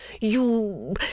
You